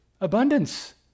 Abundance